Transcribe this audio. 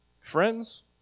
Friends